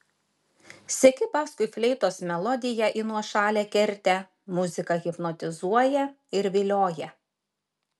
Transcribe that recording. seki paskui fleitos melodiją į nuošalią kertę muzika hipnotizuoja ir vilioja